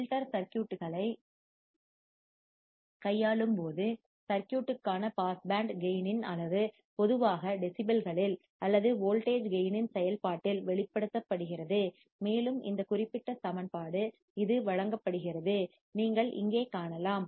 filter சர்க்யூட்களைக் கையாளும் போது சர்க்யூட்க்கான பாஸ் பேண்ட் கேயின் இன் அளவு பொதுவாக டெசிபல்களில் அல்லது வோல்டேஜ் கேயின் இன் செயல்பாட்டில் வெளிப்படுத்தப்படுகிறது மேலும் இந்த குறிப்பிட்ட சமன்பாடு இது வழங்கப்படுகிறது நீங்கள் இங்கே காணலாம்